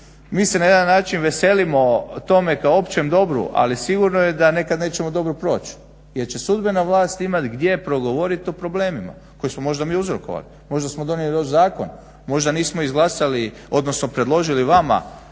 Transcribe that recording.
mi se na jedan način veselimo tome kao općem dobru ali sigurno je da nekad nećemo dobro proći jer će sudbena vlast imat gdje progovorit o problemima koje smo možda mi uzrokovali, možda smo donijeli loš zakon, možda nismo izglasali odnosno predložili vama